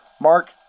Mark